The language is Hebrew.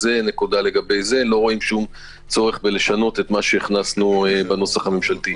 לא רואים שום צורך לשנות את מה שהכנסנו בנוסח הממשלתי.